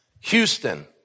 Houston